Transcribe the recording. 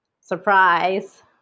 surprise